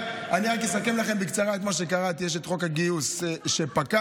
אני רק אסכם לכם בקצרה את מה שקראתי לגבי חוק הגיוס שפקע.